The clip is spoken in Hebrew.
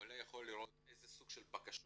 הוא יכול לראות איזה סוג של בקשות